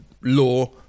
law